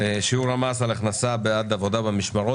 (שיעור המס על הכנסה בעד עבודה במשמרות).